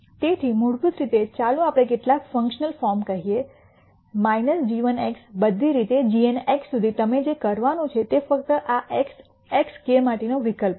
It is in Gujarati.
તેથી મૂળભૂત રીતે ચાલો આપણે કેટલાક ફંકશનલ ફોર્મ કહીએ g1x બધી રીતે gnx સુધી તમે જે કરવાનું છે તે ફક્ત આ એક્સ એક્સ k માટેનો વિકલ્પ છે